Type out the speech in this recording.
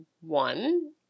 one